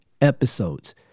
episodes